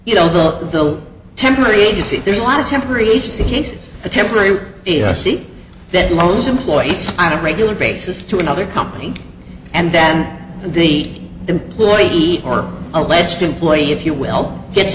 you know the temporary agency there's a lot of temporary agency cases a temporary e s e that loans employees on a regular basis to another company and then the employee eat or alleged employee if you will get